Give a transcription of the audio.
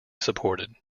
supported